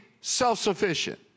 self-sufficient